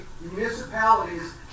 municipalities